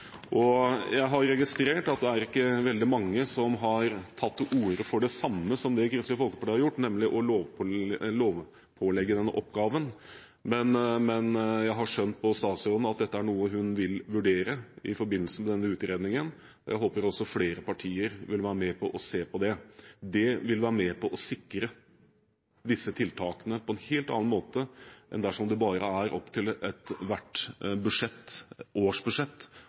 Jeg har registrert at det ikke er veldig mange som har tatt til orde for det samme som det Kristelig Folkeparti har gjort, nemlig å lovpålegge den oppgaven, men jeg har skjønt på statsråden at dette er noe hun vil vurdere i forbindelse med denne utredningen. Jeg håper også flere partier vil være med på å se på det. Det vil være med på å sikre disse tiltakene på en helt annen måte enn dersom det bare er opp til